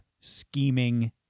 scheming